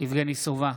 יבגני סובה,